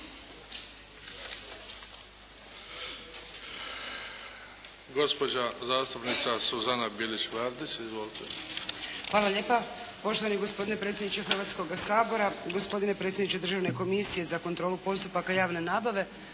Vardić. Izvolite! **Bilić Vardić, Suzana (HDZ)** Hvala lijepa poštovani gospodine predsjedniče Hrvatskoga sabora, gospodine predsjedniče Državne komisije za kontrolu postupaka javne nabave,